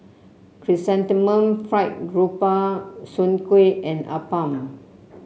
Chrysanthemum Fried Grouper Soon Kueh and appam